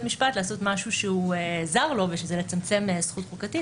המשפט לעשות משהו שהוא זר לו וזה לצמצם זכות חוקתית.